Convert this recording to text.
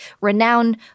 renowned